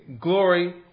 glory